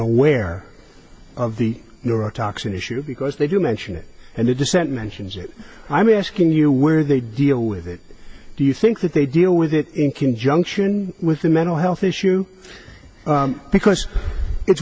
aware of the neurotoxin issue because they do mention it and the dissent mentions it i'm asking you where they deal with it do you think that they deal with it in conjunction with the mental health issue because it's